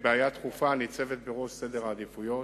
כבעיה דחופה הניצבת בראש סדר העדיפויות.